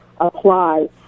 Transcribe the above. apply